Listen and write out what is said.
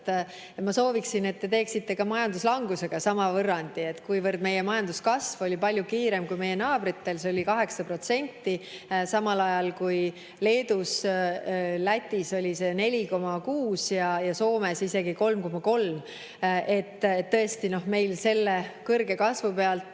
Ma soovin, et te teeksite ka majanduslangusega sama [tehte], kuivõrd meie majanduskasv oli palju kiirem kui meie naabritel. See oli 8%, samal ajal kui Leedus ja Lätis oli see 4,6% ja Soomes isegi 3,3%. Tõesti, meil selle kõrge kasvu pealt